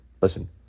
Listen